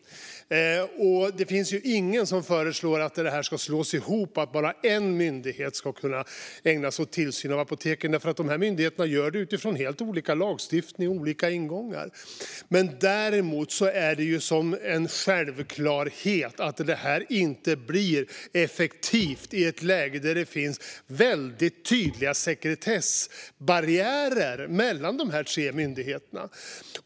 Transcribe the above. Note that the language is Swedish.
Det finns ingen som föreslår att detta ska slås ihop och att bara en myndighet ska kunna ägna sig åt tillsyn av apoteken, för dessa myndigheter gör detta utifrån helt olika lagstiftningar och ingångar. Däremot är det en självklarhet att det inte blir effektivt i ett läge där det finns tydliga sekretessbarriärer mellan de tre myndigheterna.